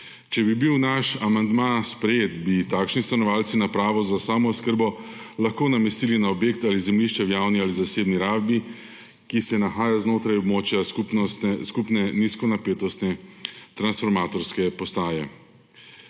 Če bi bil naš amandma sprejet, bi takšni stanovalci napravo za samooskrbo lahko namestili na objekte ali zemljišča v javni ali zasebni rabi, ki se nahajajo znotraj območja skupne nizkonapetostne transformatorske postaje.